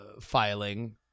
filing